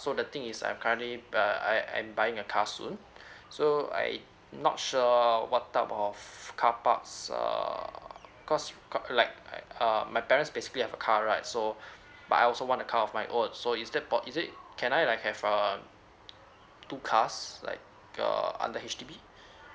so the thing is I've currently err I I'm buying a car soon so I not sure what type of carparks err cause got like err my parents basically have a car right so but I also want the car of my own so is that po~ is it can I like have err two cars like err under H_D_B